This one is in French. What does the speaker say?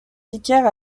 vicaire